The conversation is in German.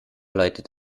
leitet